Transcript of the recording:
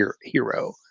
hero